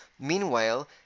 Meanwhile